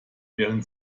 wären